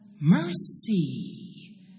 Mercy